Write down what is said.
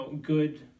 good